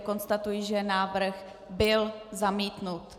Konstatuji, že návrh byl zamítnut.